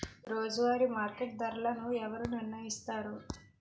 రోజువారి మార్కెట్ ధరలను ఎవరు నిర్ణయిస్తారు?